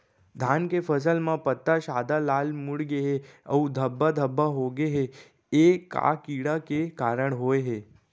धान के फसल म पत्ता सादा, लाल, मुड़ गे हे अऊ धब्बा धब्बा होगे हे, ए का कीड़ा के कारण होय हे?